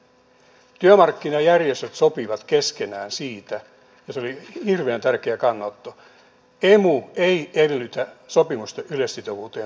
ensinnäkin työmarkkinajärjestöt sopivat keskenään siitä ja se oli hirveän tärkeä kannanotto että emu ei edellytä sopimusten yleissitovuuteen puuttumista